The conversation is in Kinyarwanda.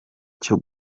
cyo